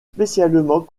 spécialement